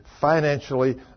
financially